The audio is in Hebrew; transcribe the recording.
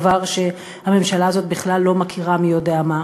דבר שהממשלה הזאת בכלל לא מכירה מי יודע מה.